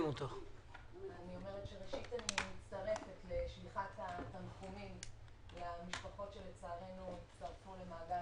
אני מצטרפת לתנחומים למשפחות שלצערנו הצטרפו למעגל